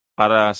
para